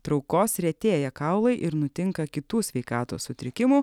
traukos retėja kaulai ir nutinka kitų sveikatos sutrikimų